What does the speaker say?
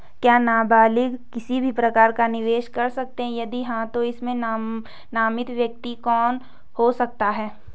क्या नबालिग किसी भी प्रकार का निवेश कर सकते हैं यदि हाँ तो इसमें नामित व्यक्ति कौन हो सकता हैं?